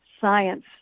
science